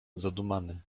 zadumany